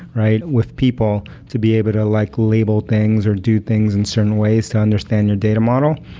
right, with people to be able to like label things, or do things in certain ways to understand your data model.